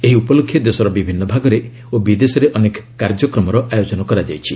ଏହି ଉପଲକ୍ଷେ ଦେଶର ବିଭିନ୍ନ ଭାଗରେ ଓ ବିଦେଶରେ ଅନେକ କାର୍ଯ୍ୟକ୍ରମର ଆୟୋଜନ କରାଯାଇଛି